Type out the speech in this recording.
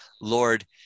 Lord